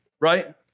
right